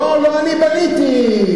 אתה עשית הכול, לא, לא אני בניתי.